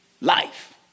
life